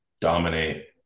dominate –